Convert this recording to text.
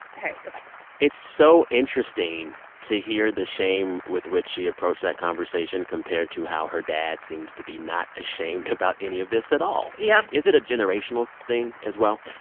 goodbye it's so interesting to hear the shame with which she approached that conversation compared to how her dad seems to be not ashamed about any of this at all yep is it a generational thing as well?